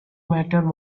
matter